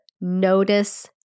notice